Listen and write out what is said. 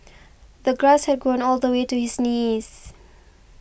the grass had grown all the way to his knees